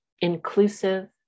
inclusive